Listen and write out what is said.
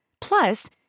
Plus